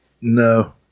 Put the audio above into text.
No